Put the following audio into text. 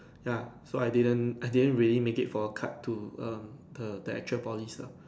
ya so I didn't I didn't really make it for cut to um the the actual polys lah